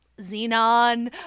xenon